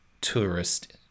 tourist